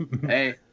Hey